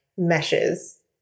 meshes